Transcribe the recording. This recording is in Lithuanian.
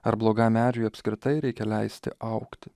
ar blogam medžiui apskritai reikia leisti augti